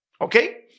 Okay